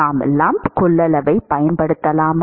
நாம் லம்ப் கொள்ளளவை பயன்படுத்தலாமா